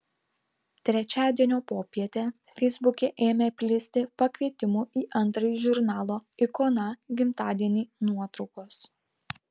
trečiadienio popietę feisbuke ėmė plisti pakvietimų į antrąjį žurnalo ikona gimtadienį nuotraukos